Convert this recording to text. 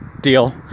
deal